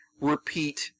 repeat